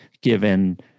given